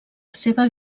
seva